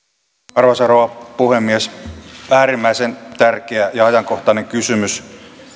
arvoisa rouva puhemies äärimmäisen tärkeä ja ajankohtainen kysymys